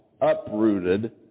uprooted